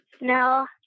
No